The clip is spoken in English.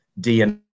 DNA